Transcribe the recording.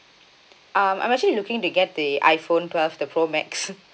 um I'm actually looking to get the iPhone twelve the pro max